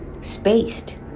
spaced